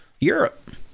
Europe